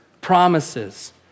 promises